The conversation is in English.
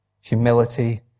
Humility